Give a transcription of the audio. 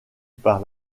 par